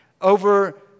over